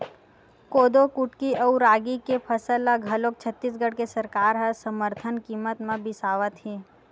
कोदो कुटकी अउ रागी के फसल ल घलोक छत्तीसगढ़ के सरकार ह समरथन कीमत म बिसावत हे